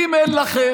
ואם אין לכם,